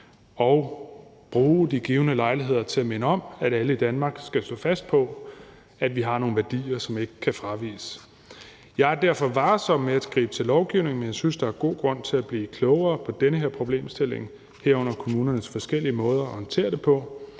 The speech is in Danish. og bruge de givne lejligheder til at minde om, at alle i Danmark skal stå fast på, at vi har nogle værdier, som ikke kan fraviges. Jeg er derfor varsom med at gribe til lovgivning, men jeg synes, at der er god grund til at blive klogere på den her problemstilling, herunder kommunernes forskellige måder at håndtere det på.